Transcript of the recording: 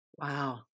Wow